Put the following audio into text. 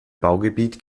baugebiet